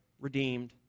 redeemed